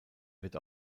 wird